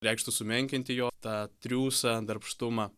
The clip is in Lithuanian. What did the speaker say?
reikštų sumenkinti jo tą triūsą darbštumą